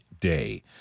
day